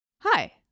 Hi